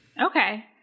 Okay